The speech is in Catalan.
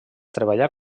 treballà